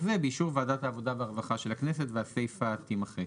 זה באישור ועדת העבודה והרווחה של הכנסת" והסיפה תמחק.